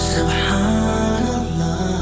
Subhanallah